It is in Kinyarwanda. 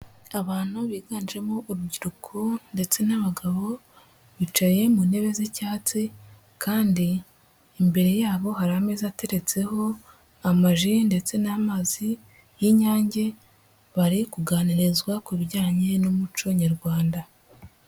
Abantu biganjemo urubyiruko ndetse n'abagabo bicaye mu ntebe z'icyatsi kandi imbere yabo hari ameza ateretseho amaji ndetse n'amazi y'Inyange bari kuganirizwa ku bijyanye n'umuco nyarwanda.